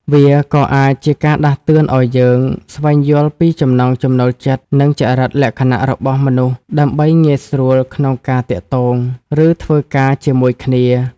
វាក៏អាចជាការដាស់តឿនឱ្យយើង ស្វែងយល់ពីចំណង់ចំណូលចិត្ត និងចរិតលក្ខណៈរបស់មនុស្ស ដើម្បីងាយស្រួលក្នុងការទាក់ទង ឬធ្វើការជាមួយគ្នា។